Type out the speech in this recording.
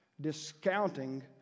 discounting